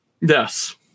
Yes